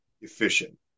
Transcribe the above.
efficient